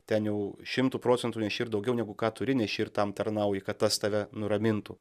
ten jau šimtu procentų neši ir daugiau negu ką turi neši ir tam tarnauji kad tas tave nuramintų